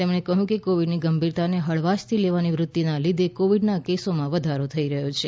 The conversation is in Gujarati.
તેમણે કહ્યું કે કોવિડની ગંભીરતાને હળવાશથી લેવાની વૃત્તિના લીધે કોવિડના કેસમાં વધારો થઈ રહ્યો છે